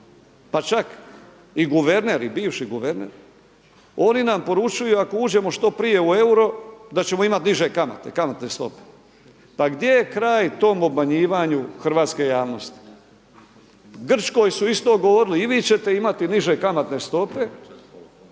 pa čak i guverner i bivši guverner oni nam poručuju ako uđemo što prije u euro da ćemo imati niže kamatne stope. Pa gdje je kraj tom obmanjivanju hrvatske javnosti. Grčkoj su isto govorili i vi ćete imati niže kamatne stope,